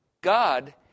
God